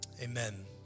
amen